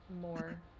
more